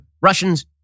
Russian's